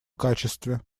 качестве